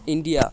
India